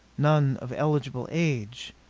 none of eligible age.